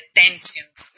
tensions